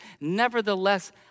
nevertheless